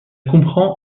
comprend